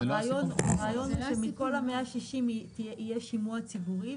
הרעיון הוא שבכל ה-160 יהיה שימוע ציבורי.